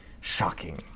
shocking